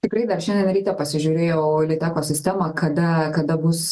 tikrai dar šiandien ryte pasižiūrėjau liteko sistemą kada kada bus